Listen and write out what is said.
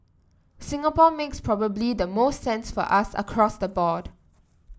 Singapore makes probably the most sense for us across the board